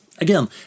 Again